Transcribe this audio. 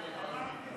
סעיפים 1 13